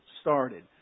started